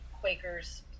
Quakers –